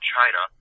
China